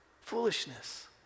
Foolishness